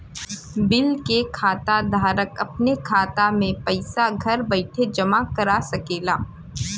bill के खाता धारक अपने खाता मे पइसा घर बइठे जमा करा सकेला